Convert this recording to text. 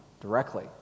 directly